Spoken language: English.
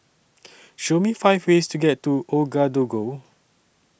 Show Me five ways to get to Ouagadougou